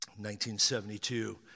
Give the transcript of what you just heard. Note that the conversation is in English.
1972